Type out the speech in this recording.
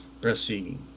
Breastfeeding